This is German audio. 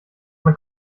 man